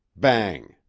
bang!